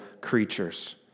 creatures